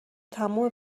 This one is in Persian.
تمام